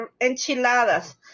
enchiladas